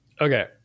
Okay